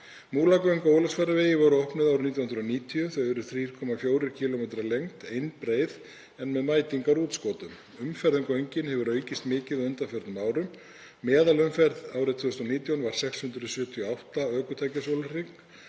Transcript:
Múlagöng á Ólafsfjarðarvegi voru opnuð árið 1990. Þau eru 3,4 km að lengd, einbreið en með mætingarútskotum. Umferð um göngin hefur aukist mikið á undanförnum árum. Meðalumferð árið 2019 var 678 ökutæki á sólarhring